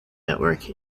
network